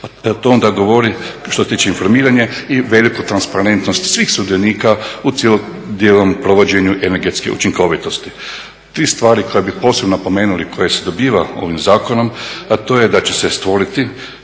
To onda govori, što se tiče informiranja i … svih sudionika u … provođenju energetske učinkovitosti. Tri stvari kad bi posebno napomenuli, koje se dobivaju ovim zakonom, a to je da će stvoriti